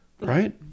Right